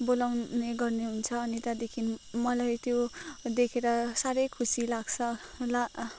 बोलाउने गर्नुहुन्छ अनि त्यहाँदेखि मलाई त्यो देखेर साह्रै खुसी लाग्छ ला